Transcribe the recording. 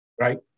right